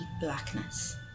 blackness